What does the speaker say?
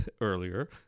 earlier